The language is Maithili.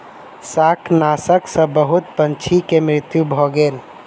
शाकनाशक सॅ बहुत पंछी के मृत्यु भ गेल